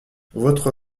votre